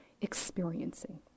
experiencing